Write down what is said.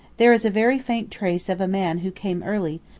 there is a very faint trace of a man who came early,